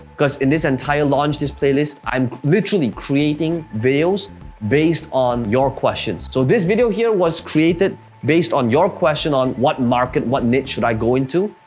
cause in this entire launch, this playlist, i'm literally creating videos based on your questions. so this video here was created based on your question on what market, what niche should i go into.